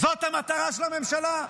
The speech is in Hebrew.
זאת המטרה של הממשלה?